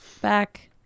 back